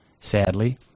Sadly